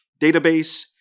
Database